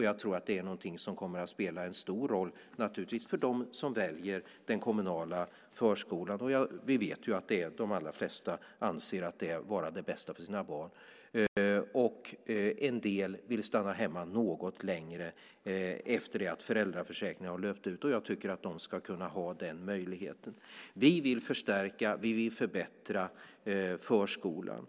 Jag tror att det är någonting som naturligtvis kommer att spela en stor roll för dem som väljer den kommunala förskolan. Vi vet att de allra flesta anser att det är det bästa för deras barn. En del vill stanna hemma något längre efter det att föräldraförsäkringen har löpt ut. Jag tycker att de ska kunna ha den möjligheten. Vi vill förstärka och förbättra förskolan.